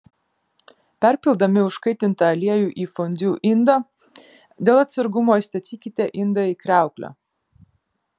perpildami užkaitintą aliejų į fondiu indą dėl atsargumo įstatykite indą į kriauklę